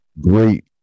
great